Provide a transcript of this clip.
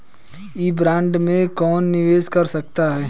इस बॉन्ड में कौन निवेश कर सकता है?